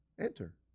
enter